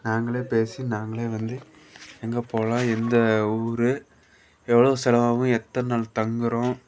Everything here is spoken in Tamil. நாங்களே பேசி நாங்களே வந்து எங்கே போகலாம் எந்த ஊர் எவ்வளோ செலவாகும் எத்தனனை நாள் தங்குகிறோம்